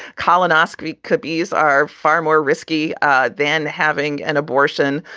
kalinowski cubby's are far more risky ah than having an abortion.